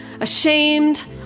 ashamed